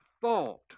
thought